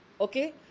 Okay